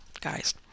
guys